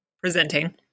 presenting